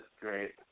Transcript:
great